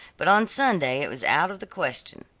but on sunday it was out of the question.